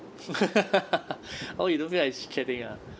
oh you don't feel like chit chatting ah